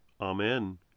Amen